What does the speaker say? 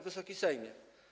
Wysoki Sejmie!